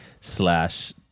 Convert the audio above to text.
slash